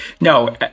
No